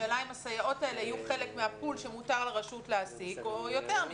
האם הסייעות האלה יהיו חלק מן ה-pool שמותר לרשות להעסיק או יותר מזה?